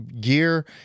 gear